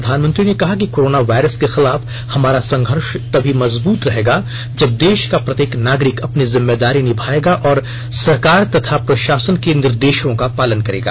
प्रधानमंत्री ने कहा कि कोरोना वायरस के खिलाफ हमारा संघर्ष तभी मजबूत रहेगा जब देश का प्रत्येक नागरिक अपनी जिम्मेदारी निभाएगा और सरकार तथा प्रशासन के निर्देशों का पालन करेगा